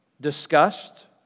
Disgust